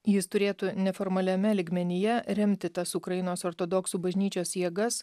jis turėtų neformaliame lygmenyje remti tas ukrainos ortodoksų bažnyčios jėgas